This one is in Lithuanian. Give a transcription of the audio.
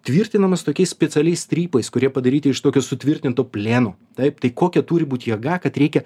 tvirtinamas tokiais specialiais strypais kurie padaryti iš tokio sutvirtinto plieno taip tai kokia turi būt jėga kad reikia